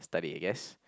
study I guess